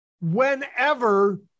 whenever